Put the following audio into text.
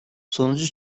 sonucu